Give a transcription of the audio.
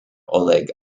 oleg